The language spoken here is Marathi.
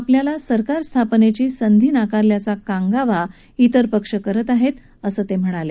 आपल्याला सरकारस्थापनेची संधी नाकारल्याचा कांगावा तिर पक्ष करत आहेत असं ते म्हणाले